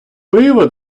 пиво